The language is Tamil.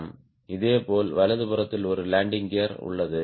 இதேபோல் வலதுபுறத்தில் ஒரு லேண்டிங் கியர் உள்ளது